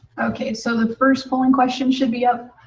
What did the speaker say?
okay. so the first polling question should be up.